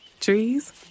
Trees